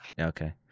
Okay